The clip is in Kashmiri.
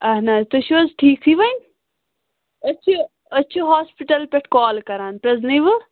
اَہَن حظ تُہۍ چھُو حظ ٹھیٖکھٕے ؤنۍ أسۍ چھِ أسۍ چھِ ہاسپِٹَل پٮ۪ٹھ کال کران پرزٕنٲیوٕ